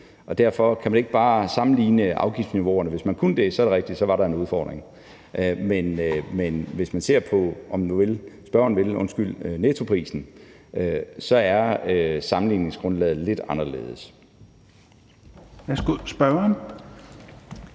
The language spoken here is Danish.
Derfor kan man ikke bare sammenligne afgiftsniveauerne. Hvis man kunne det, er det rigtigt, at så var der en udfordring, men hvis man, om spørgeren vil, ser på nettoprisen, er sammenligningsgrundlaget lidt anderledes. Kl. 15:37 Tredje